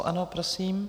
Ano, prosím.